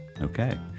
Okay